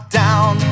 down